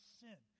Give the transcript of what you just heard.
sin